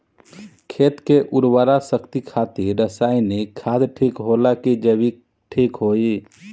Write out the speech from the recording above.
खेत के उरवरा शक्ति खातिर रसायानिक खाद ठीक होला कि जैविक़ ठीक होई?